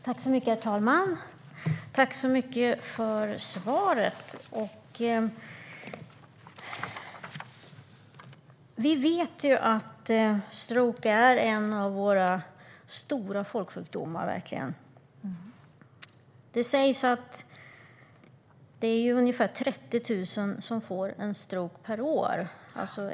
Herr talman! Tack så mycket för svaret! Vi vet ju att stroke är en av våra stora folksjukdomar. Det sägs att det är ungefär 30 000 per år som får en stroke.